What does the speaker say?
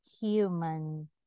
human